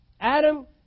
Adam